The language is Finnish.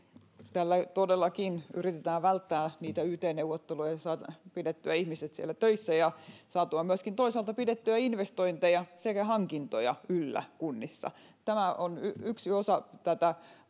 tällä todellakin yritetään välttää yt neuvotteluja ja saada pidettyä ihmiset töissä ja saada myöskin toisaalta pidettyä investointeja sekä hankintoja yllä kunnissa tämä on yksi osa tätä